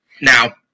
Now